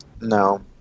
No